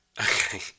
Okay